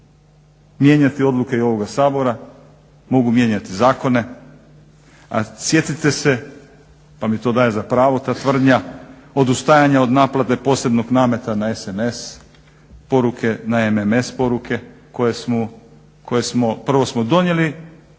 mijenjati odluke i ovoga Sabora, mogu mijenjati zakone, a sjetite se, pa mi to daje za pravo ta tvrdnja odustajanja od naplate posebnog nameta na SMS poruke, na MMS poruke koje smo prvo smo donijeli.